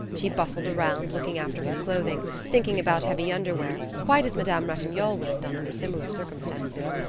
she bustled around, looking after his clothing, thinking about heavy underwear, quite as madame ratignolle would have done under similar circumstances.